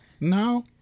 No